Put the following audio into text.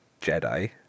Jedi